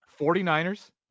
49ers